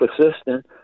persistent